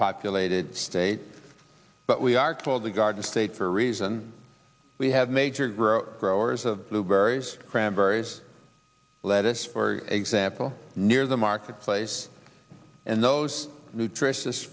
populated state but we are called the garden state for a reason we have major growth growers of blueberries cranberries lettuce for example near the marketplace and those nutritious